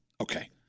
Okay